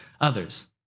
others